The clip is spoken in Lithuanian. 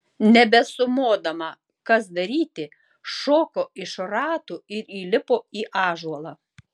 nebesumodama kas daryti šoko iš ratų ir įlipo į ąžuolą